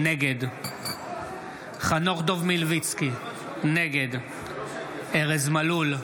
נגד חנוך דב מלביצקי, נגד ארז מלול,